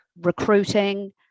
recruiting